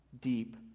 deep